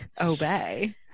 Obey